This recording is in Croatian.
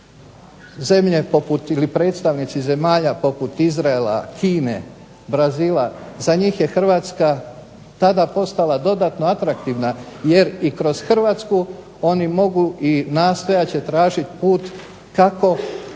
pregovore. Predstavnici zemalja poput Izraela, Kine, Brazila, za njih je Hrvatska tada postala dodatno atraktivna jer kroz Hrvatsku oni mogu i nastojat će tražiti put kako